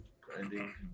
grinding